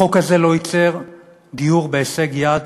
החוק הזה לא ייצר דיור בהישג יד.